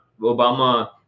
obama